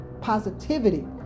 positivity